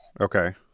Okay